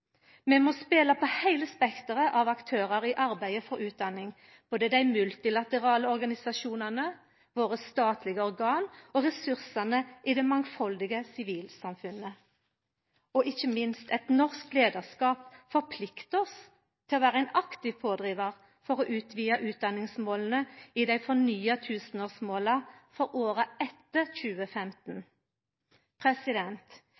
må spela på heile spekteret av aktørar i arbeidet for utdanning, både dei multilaterale organisasjonane, våre statlege organ og ressursane i det mangfaldige sivilsamfunnet. Og ikkje minst: Eit norsk leiarskap forpliktar oss til å vera ein aktiv pådrivar for utvida utdanningsmål i dei fornya tusenårsmåla for åra etter 2015.